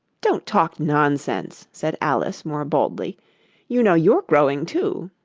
don't talk nonsense said alice more boldly you know you're growing too